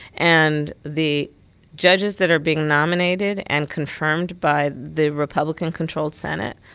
and the judges that are being nominated and confirmed by the republican-controlled senate,